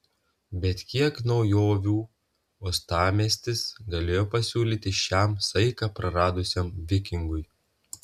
bet kiek naujovių uostamiestis galėjo pasiūlyti šiam saiką praradusiam vikingui